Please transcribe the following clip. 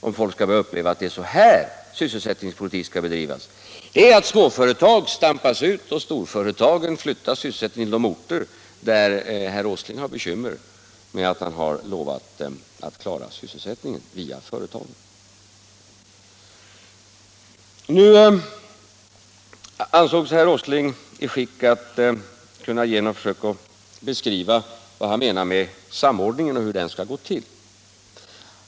Det innebär att 83 Om åtgärder för att säkra sysselsättningen inom småföretag stampas ut och att storföretagen flyttar sysselsättningen till de orter där herr Åsling har bekymmer, därför att han lovat att klara sysselsättningen genom företagen. Nu ansåg sig herr Åsling i stånd att beskriva vad han menar med samordningen och hur den skall gå till.